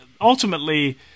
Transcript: ultimately